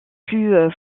plus